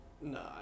no